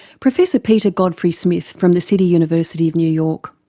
professor peter godfrey-smith from the city university of new york.